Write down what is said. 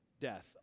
death